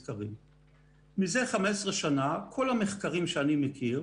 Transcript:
הכסף יישאר שם והציבור הישראלי לא ייהנה מהם.